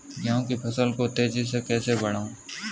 गेहूँ की फसल को तेजी से कैसे बढ़ाऊँ?